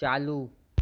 चालू